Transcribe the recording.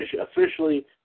officially